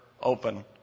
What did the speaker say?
open